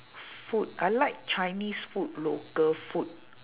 food I like chinese food local food